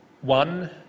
One